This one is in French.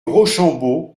rochambeau